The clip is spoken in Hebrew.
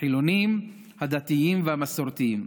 החילונים, הדתיים והמסורתיים.